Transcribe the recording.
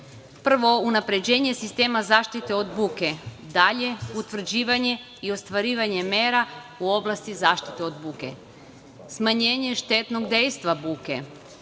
prvo, unapređenje sistema zaštite od buke, utvrđivanje i ostvarivanje mera u oblasti zaštite od buke, smanjenje štetnog dejstva buke,